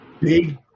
big